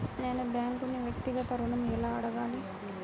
నేను బ్యాంక్ను వ్యక్తిగత ఋణం ఎలా అడగాలి?